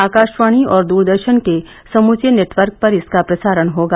आकाशवाणी और दूरदर्शन के समूचे नेटवर्क पर इसका प्रसारण होगा